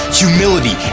humility